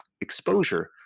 exposure